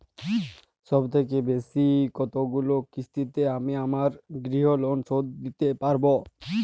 সবথেকে বেশী কতগুলো কিস্তিতে আমি আমার গৃহলোন শোধ দিতে পারব?